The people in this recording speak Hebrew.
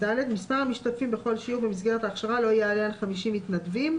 מספר המשתתפים בכל שיעור במסגרת ההכשרה לא יעלה על 50 מתנדבים,